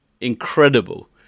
incredible